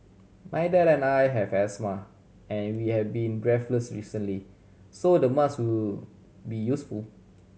my dad and I have asthma and we have been breathless recently so the mask will be useful